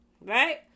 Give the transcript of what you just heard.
right